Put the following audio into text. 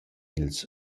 ils